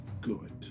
good